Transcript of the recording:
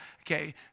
okay